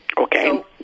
Okay